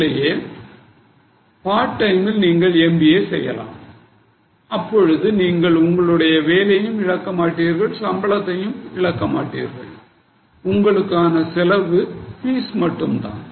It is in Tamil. இல்லையேல் பார்ட் டைமில் நீங்கள் எம்பிஏ செய்யலாம் அப்பொழுது நீங்கள் உங்களுடைய வேலையையும் இழக்க மாட்டீர்கள் சம்பளத்தையும் இழக்க மாட்டீர்கள் உங்களுக்கான செலவு பீஸ் மட்டும்தான்